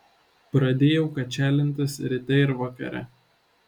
pradėjau kačialintis ryte ir vakare